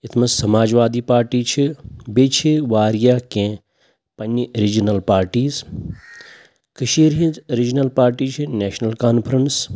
یَتھ منٛز Samajwadi party چھِ بیٚیہِ چھِ واریاہ کیٚنٛہہ پنٛنہِ رِجنل پارٹیٖز کٔشیٖرِ ہِنٛز رِجنل پارٹی چھِ نیشنل کانفرٛٮ۪نٕس